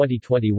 2021